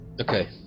Okay